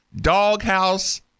doghouse